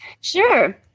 Sure